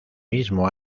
mismo